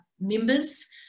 members